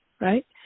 right